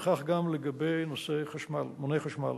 וכך גם לגבי נושא מוני חשמל.